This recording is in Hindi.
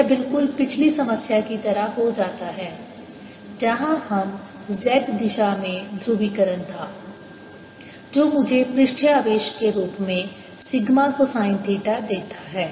यह बिल्कुल पिछली समस्या की तरह हो जाता है जहां हम z दिशा में ध्रुवीकरण था जो मुझे पृष्ठीय आवेश के रूप में सिग्मा कोसाइन थीटा देता है